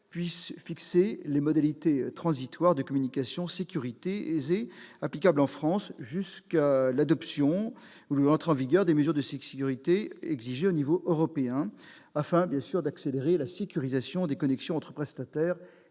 puisse fixer les modalités transitoires de communication sécurisée applicables en France jusqu'à l'entrée en vigueur des exigences de sécurités établies au niveau européen, afin d'accélérer la sécurisation des connexions entre prestataires et